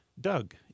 Doug